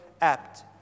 apt